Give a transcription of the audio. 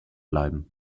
bleiben